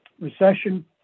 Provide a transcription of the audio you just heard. recession